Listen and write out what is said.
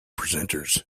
presenters